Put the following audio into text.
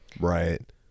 Right